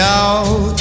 out